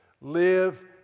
Live